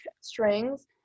strings